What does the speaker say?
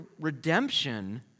redemption